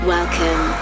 Welcome